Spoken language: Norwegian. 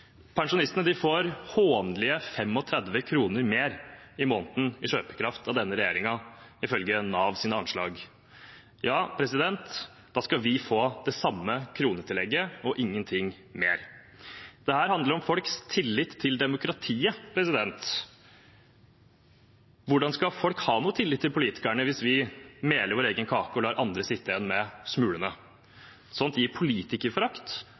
pensjonistene får i folketrygden. Pensjonistene får hånlige 35 kr mer i måneden i kjøpekraft av denne regjeringen, ifølge Navs anslag. Da skal vi få det samme kronetillegget og ingenting mer. Dette handler om folks tillit til demokratiet. Hvordan skal folk ha tillit til politikerne hvis vi meler vår egen kake og lar andre sitter igjen med smulene? Sånt gir politikerforakt